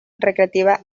recreativa